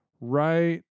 right